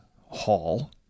hall